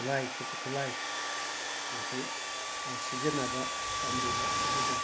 ꯈꯨꯠꯂꯥꯏ ꯈꯨꯆꯨ ꯈꯨꯠꯂꯥꯏ ꯁꯤꯡꯁꯤ ꯁꯤꯖꯤꯟꯅꯕ ꯇꯝꯕꯤꯕ ꯑꯗꯨꯒ